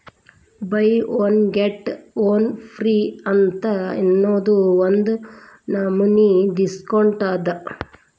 by one get one free ಅಂತ್ ಅನ್ನೂದು ಒಂದ್ ನಮನಿ ಡಿಸ್ಕೌಂಟ್ ಅದ